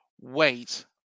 wait